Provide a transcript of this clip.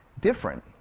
different